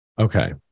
okay